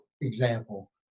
example